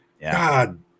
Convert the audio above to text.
God